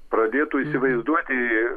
pradėtų įsivaizduoti